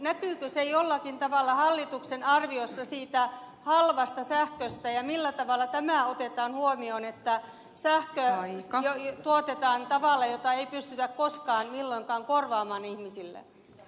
näkyykö se jollakin tavalla hallituksen arviossa siitä halvasta sähköstä ja millä tavalla tämä otetaan huomioon että sähköä tuotetaan tavalla jota ei pystytä milloinkaan korvaamaan ihmisille